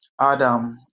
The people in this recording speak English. adam